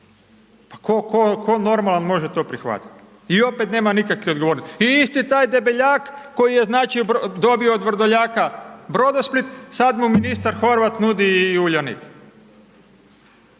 Pa tko normalan može to prihvatiti? I opet nema nikakve odgovornosti. I isti taj Debeljak, koji je dobio od Vrdoljaka Brodosplit, sad mu ministar Horvat nudi i Uljanik.